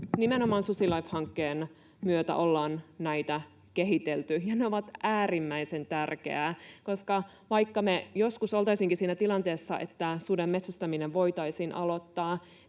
Nimenomaan SusiLIFE-hankkeen myötä ollaan näitä kehitelty, ja ne ovat äärimmäisen tärkeitä. Koska vaikka me joskus oltaisiinkin siinä tilanteessa, että suden metsästäminen voitaisiin aloittaa,